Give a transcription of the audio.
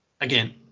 Again